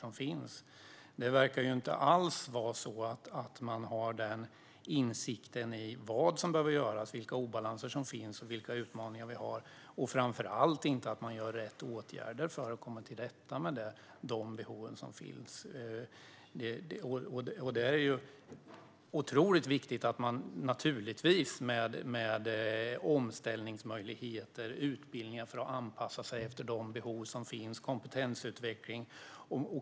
Men regeringen verkar inte alls ha insikt i vad som behöver göras, vilka obalanser som finns och vilka utmaningar vi har. Framför allt vidtar inte regeringen rätt åtgärder för att komma till rätta med de behov som finns. Det är otroligt viktigt med omställningsmöjligheter och utbildningar för att människor ska kunna anpassa sig efter de behov som finns och med kompetensutveckling.